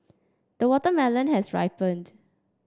the watermelon has ripened